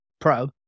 Pro